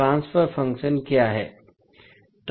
transfer function क्या है